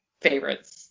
favorites